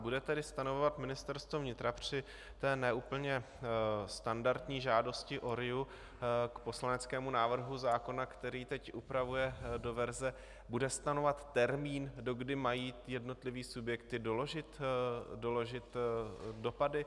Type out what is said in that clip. Bude tedy stanovovat Ministerstvo vnitra při té neúplně standardní žádosti o RIA k poslaneckému návrhu zákona, který teď upravuje do verze, bude stanovovat termín, dokdy mají jednotlivé subjekty doložit dopady?